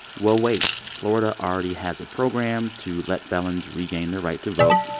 well, wait. florida already has a program to let felons regain their right to vote.